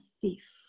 thief